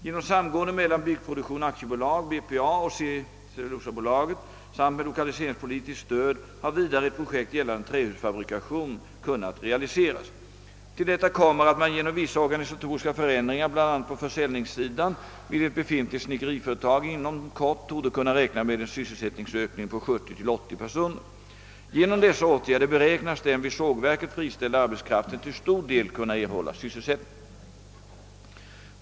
Genom samgående mellan Byggproduktion AB och SCA samt med lokaliseringspolitiskt stöd har vidare ett pro Jekt gällande trähusfabrikation kunnat realiseras, Till detta kommer att man genom vissa organisatoriska förändringar bl.a. på försäljningssidan vid ett befintligt snickeriföretag inom kort torde kunna räkna med en sysselsättningsökning på 70—380 personer. Genom dessa åtgärder beräknas den vid sågverket friställda arbetskraften till stor del kunna erhålla sysselsättning.